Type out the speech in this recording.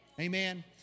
Amen